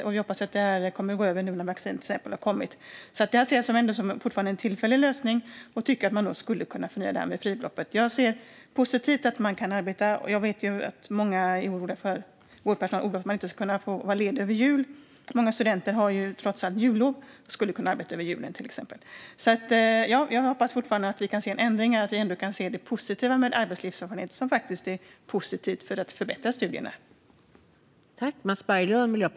Vi hoppas att det kommer att gå över nu när till exempel vaccinet har kommit. Därför ser jag fortfarande det här som en tillfällig lösning men tycker att man nog skulle kunna fundera över det här med fribeloppet. Jag ser positivt på att man kan arbeta, och jag vet att många är oroliga för vårdpersonalen och att de inte ska få vara lediga över jul. Många studenter har trots allt jullov och skulle kunna arbeta över julen, till exempel. Jag hoppas fortfarande att vi kan se en ändring och se att arbetslivserfarenhet kan vara positivt för att förbättra studierna.